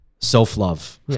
self-love